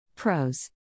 Pros